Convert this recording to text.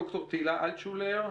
ד"ר תהילה אלטשולר.